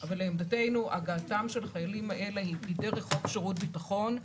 אבל לעמדתנו הגעתם של החיילים האלה היא דרך חוק שירות ביטחון.